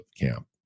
camp